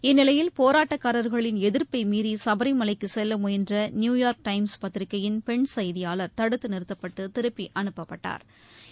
இந்நிலையில் போராட்டக்காரர்களின் எதிர்ப்பை மீறி சபரிமலைக்கு செல்ல முயன்ற நியூயார்க் டைம்ஸ் பத்திரிகையின் பெண் செய்தியாள் தடுத்து நிறுத்தப்பட்டு திருப்பி அனுப்பப்பட்டா்